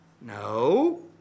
No